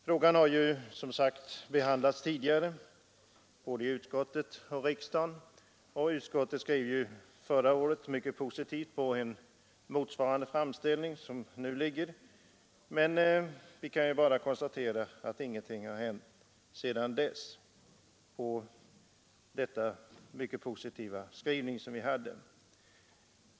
Frågan har, som sagt, behandlats tidigare både i utskottet och i riksdagen, och utskottet skrev förra året mycket positivt i anledning av en framställning motsvarande den som nu föreligger. Vi kan emellertid bara konstatera att ingenting hänt sedan dess i anslutning till denna positiva skrivning.